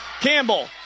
Campbell